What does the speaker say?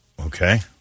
Okay